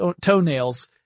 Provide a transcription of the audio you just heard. toenails